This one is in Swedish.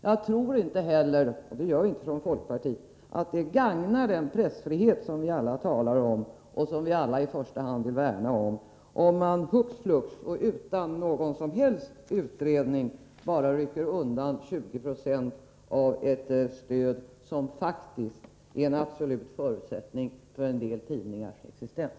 Jag tror inte heller — det gör vi inte ifrån folkpartiets sida — att det gagnar den pressfrihet som vi alla talar om och som vi alla i första hand vill värna om om man hux flux och utan någon som helst utredning bara rycker undan 20 96 av ett stöd som faktiskt är en absolut förutsättning för en del tidningars existens.